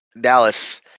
Dallas